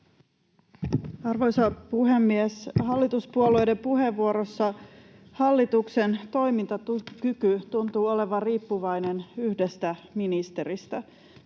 Arvoisa puhemies! Hallituspuolueiden puheenvuoroissa hallituksen toimintakyky tuntuu olevan riippuvainen yhdestä ministeristä.